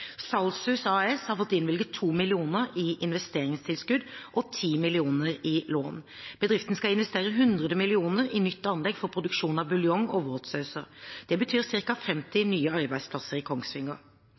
AS har fått innvilget 2 mill. kr i investeringstilskudd og 10 mill. kr i lån. Bedriften skal investere 100 mill. kr i nytt anlegg for produksjon av buljong og våtsauser. Det betyr ca. 50